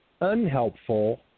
unhelpful